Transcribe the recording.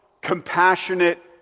compassionate